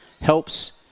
helps